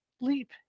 Leap